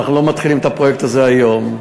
לא מתחילים את הפרויקט הזה היום.